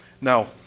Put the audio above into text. Now